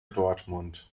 dortmund